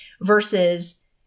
Versus